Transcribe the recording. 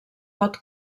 pot